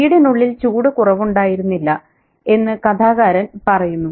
വീടിനുള്ളിൽ ചൂട് കുറവുണ്ടായിരുന്നില്ല എന്ന് കഥാകാരൻ പറയുന്നു